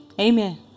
Amen